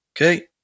Okay